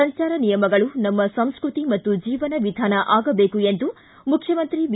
ಸಂಚಾರ ನಿಯಮಗಳು ನಮ್ಮ ಸಂಸ್ಕೃತಿ ಮತ್ತು ಜೀವನ ವಿಧಾನ ಆಗಬೇಕು ಎಂದು ಮುಖ್ಯಮಂತ್ರಿ ಬಿ